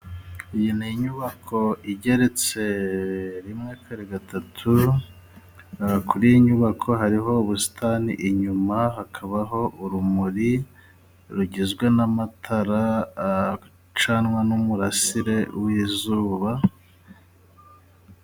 Iyi ni inyubako igeretse rimwe, kabiri, gatatu kuri iyi nyubako hariho ubusitani inyuma hakabaho urumuri rugizwe n'amatara acanwa n'umurasire w'izuba.